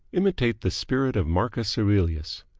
imitate the spirit of marcus aurelius.